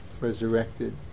resurrected